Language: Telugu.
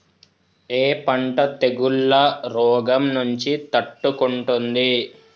ఏ పంట తెగుళ్ల రోగం నుంచి తట్టుకుంటుంది?